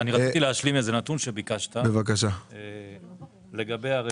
אני רציתי להשלים נתון שביקשת, לגבי סך